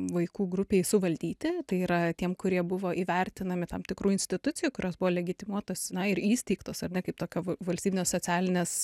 vaikų grupei suvaldyti tai yra tiem kurie buvo įvertinami tam tikrų institucijų kurios buvo legitimuotos na ir įsteigtos ar ne kaip tokio va valstybinės socialinės